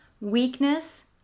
weakness